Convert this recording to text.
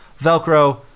Velcro